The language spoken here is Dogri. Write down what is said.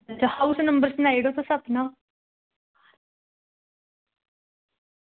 ते हाऊस नंबर सनाई ओड़ेओ तुस अपना